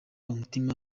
umutima